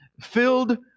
filled